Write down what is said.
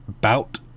bout